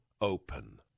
open